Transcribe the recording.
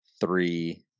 three